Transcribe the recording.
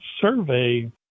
survey